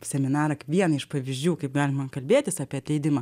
seminarą kaip vieną iš pavyzdžių kaip galima kalbėtis apie atleidimą